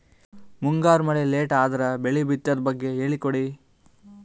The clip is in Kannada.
ಮುಂಗಾರು ಮಳೆ ಲೇಟ್ ಅದರ ಬೆಳೆ ಬಿತದು ಬಗ್ಗೆ ಹೇಳಿ ಕೊಡಿ?